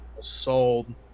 sold